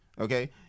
okay